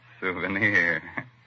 souvenir